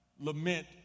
lament